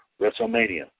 WrestleMania